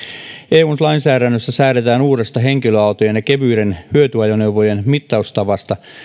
eun lainsäädännössä säädetään uudesta henkilöautojen ja kevyiden hyötyajoneuvojen mittaustavasta